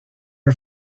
her